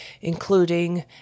including